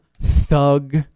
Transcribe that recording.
thug